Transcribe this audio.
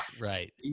right